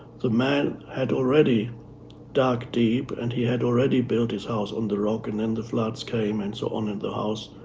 the man had already dug deep, and he had already built his house on the rock, and then the floods came and so on, and the house